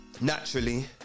naturally